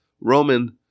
Roman